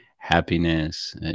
happiness